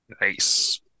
Nice